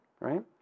right